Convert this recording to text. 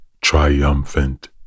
triumphant